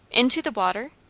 into the water!